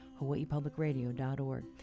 HawaiiPublicRadio.org